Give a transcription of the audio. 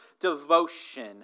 devotion